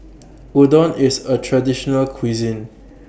Udon IS A Traditional Cuisine